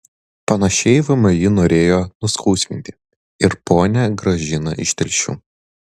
panašiai vmi norėjo nuskausminti ir ponią gražiną iš telšių